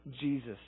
Jesus